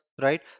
right